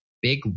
big